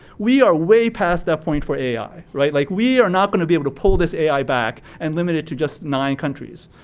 we are way past that point for ai, right? like we are not gonna be able to pull this ai back and limit it to just nine countries.